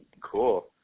Cool